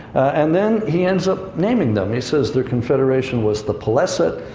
and then, he ends up naming them. he says, their confederation was the peleset,